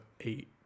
eight